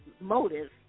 motive